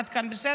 עד כאן בסדר?